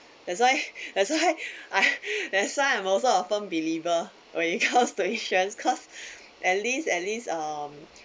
that's why that's why I that's why I'm also a firm believer when it comes to insurance cause cause at least at least um